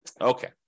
Okay